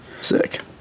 Sick